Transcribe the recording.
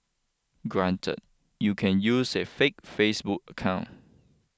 granted you can use a fake Facebook account